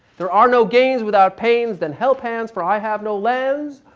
there are no gains without pains then help hands for i have no lands,